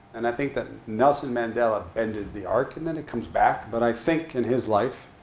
and i think that nelson mandela bended the arc. and then it comes back. but i think, in his life,